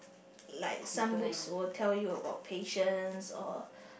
like some books will tell you about passion or